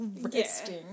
resting